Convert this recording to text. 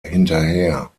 hinterher